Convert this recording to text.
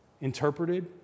interpreted